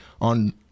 on